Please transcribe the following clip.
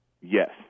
Yes